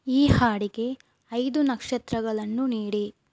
ಈ ಹಾಡಿಗೆ ಐದು ನಕ್ಷತ್ರಗಳನ್ನು ನೀಡಿ